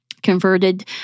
converted